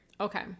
Okay